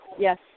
Yes